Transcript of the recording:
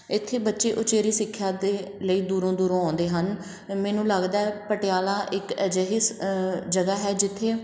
ਇਥੇ ਬੱਚੇ ਉਚੇਰੀ ਸਿੱਖਿਆ ਦੇ ਲਈ ਦੂਰੋਂ ਦੂਰੋਂ ਆਉਂਦੇ ਹਨ ਮੈਨੂੰ ਲੱਗਦਾ ਪਟਿਆਲਾ ਇੱਕ ਅਜਿਹੀ ਸ ਜਗ੍ਹਾ ਹੈ ਜਿੱਥੇ